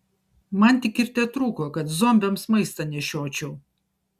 man tik ir tetrūko kad zombiams maistą nešiočiau